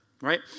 right